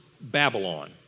Babylon